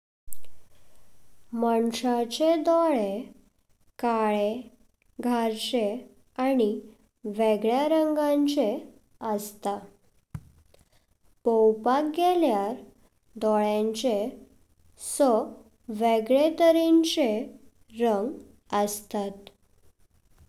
मनसाचे डोळे काळे, गार्शे, आनी वेगळ्या रंगाचे अस्तात, पोवपाक गेल्यार डोळ्याचे सा वेगळे तऱ्याचे रंग अस्तात।